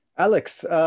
Alex